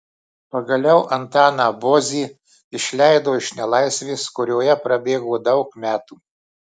pagaliau antaną bozį išleido iš nelaisvės kurioje prabėgo daug metų